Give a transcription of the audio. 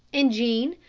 and jean,